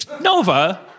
Nova